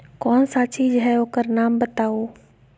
कौन सा चीज है ओकर नाम बताऊ?